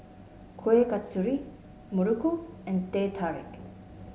Kueh Kasturi Muruku and Teh Tarik